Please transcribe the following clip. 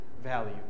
value